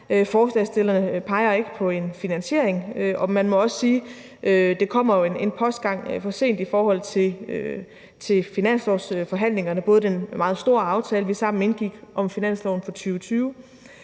Forslagsstillerne peger ikke på en finansiering, og man må også sige, at det kommer en postgang for sent i forhold til finanslovsforhandlingerne, både den meget store aftale, vi sammen indgik om finansloven for 2020,